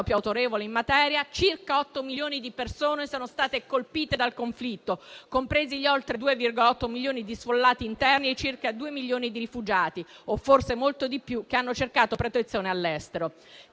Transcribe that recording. più autorevole in materia - circa 8 milioni di persone sono state colpite dal conflitto, compresi gli oltre 2,8 milioni di sfollati interni e circa 2 milioni di rifugiati, o forse molti di più, che hanno cercato protezione all'estero.